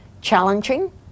challenging